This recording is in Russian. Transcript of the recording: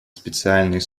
специальный